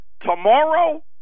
Tomorrow